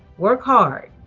work hard,